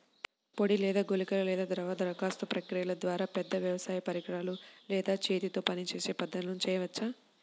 పొడి లేదా గుళికల లేదా ద్రవ దరఖాస్తు ప్రక్రియల ద్వారా, పెద్ద వ్యవసాయ పరికరాలు లేదా చేతితో పనిచేసే పద్ధతులను చేయవచ్చా?